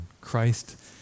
Christ